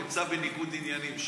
הוא נמצא בניגוד עניינים.